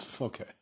okay